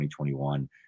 2021